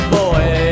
boy